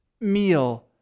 meal